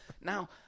Now